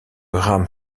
rame